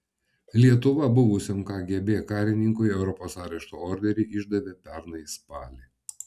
lietuva buvusiam kgb karininkui europos arešto orderį išdavė pernai spalį